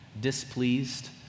displeased